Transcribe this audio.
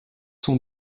sont